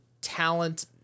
talent